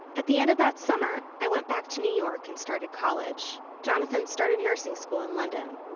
at the end of that summer, i went back to new york and started college. jonathan started nursing school in london.